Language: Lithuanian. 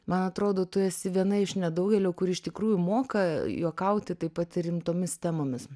man atrodo tu esi viena iš nedaugelio kuri iš tikrųjų moka juokauti taip pat rimtomis temomis